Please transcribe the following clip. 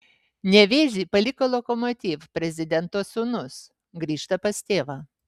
nevėžį paliko lokomotiv prezidento sūnus grįžta pas tėvą